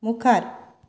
मुखार